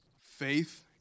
faith